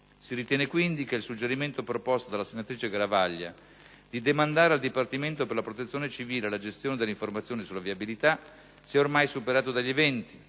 Si ritiene, quindi, che il suggerimento proposto dalla senatrice Garavaglia di demandare al Dipartimento per la protezione civile la gestione dell'informazione sulla viabilità sia ormai superato dagli eventi,